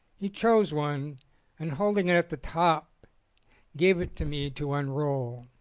he chose one and holding it at the top gave it to me to unroll.